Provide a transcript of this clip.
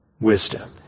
wisdom